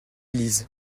lisent